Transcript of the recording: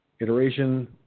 iteration